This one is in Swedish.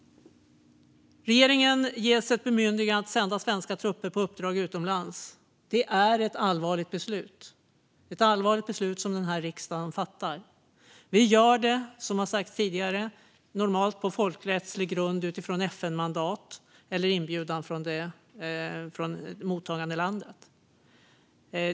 Regeringen ges ett bemyndigande att sända svenska trupper på uppdrag utomlands. Det är ett allvarligt beslut som riksdagen fattar. Vi gör det, som sagts tidigare, normalt på folkrättslig grund utifrån FN-mandat eller inbjudan från mottagandelandet.